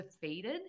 defeated